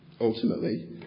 ultimately